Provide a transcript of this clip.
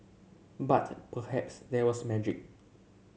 but perhaps there was magic